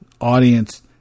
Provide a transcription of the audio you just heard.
audience